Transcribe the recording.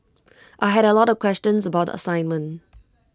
I had A lot of questions about assignment